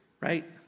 Right